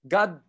God